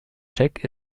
check